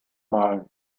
malen